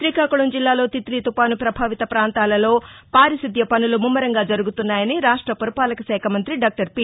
శ్రీకాకుళం జిల్లాలో తిత్లీ తుపాను ప్రభావిత పాంతాలలో పారిశుద్య పనులు ముమ్మరంగా జరుగుతున్నాయని రాష్ట పురపాలక శాఖ మంతి డాక్లర్ పి